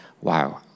wow